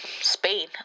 Spain